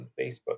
Facebook